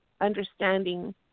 understanding